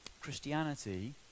Christianity